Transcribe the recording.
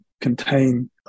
contain